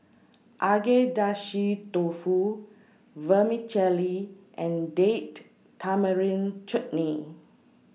Agedashi Dofu Vermicelli and Date Tamarind Chutney